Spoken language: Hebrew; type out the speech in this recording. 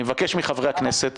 אני מבקש מחברי הכנסת